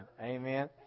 Amen